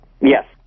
Yes